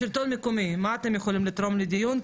השלטון המקומי, מה אתם יכולים לתרום לדיון?